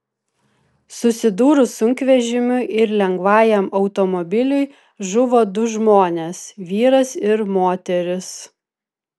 susidūrus sunkvežimiui ir lengvajam automobiliui žuvo du žmonės vyras ir moteris